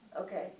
Okay